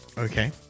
Okay